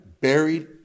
buried